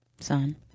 Son